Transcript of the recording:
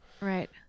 Right